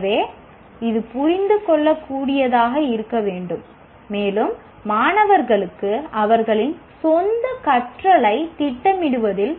எனவே இது புரிந்துகொள்ளக்கூடியதாக இருக்க வேண்டும் மேலும் மாணவர்களுக்கு அவர்களின் சொந்த கற்றலைத் திட்டமிடுவதில்